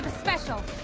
special.